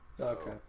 Okay